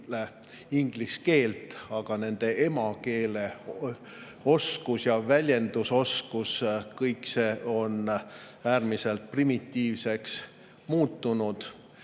inglise keelt, aga nende emakeeleoskus ja väljendusoskus on äärmiselt primitiivseteks muutunud.